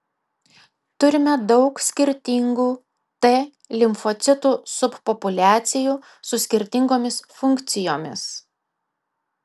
turime daug skirtingų t limfocitų subpopuliacijų su skirtingomis funkcijomis